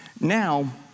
Now